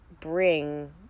bring